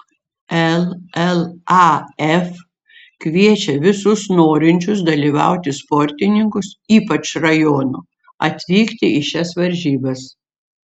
llaf kviečia visus norinčius dalyvauti sportininkus ypač rajonų atvykti į šias varžybas